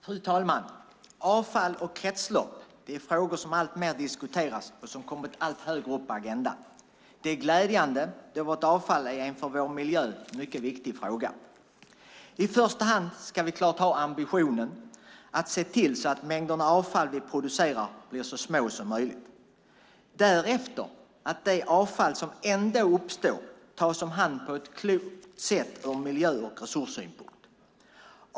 Fru talman! Avfall och kretslopp är frågor som alltmer diskuteras och som kommit allt högre upp på agendan. Det är glädjande då vårt avfall är en för vår miljö mycket viktig fråga. I första hand ska vi helt klart ha ambitionen att se till att mängderna avfall som vi producerar blir så små som möjligt. Därefter gäller att avfall som ändå uppstår tas om hand på ett ur miljö och resurssynpunkt klokt sätt.